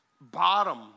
bottom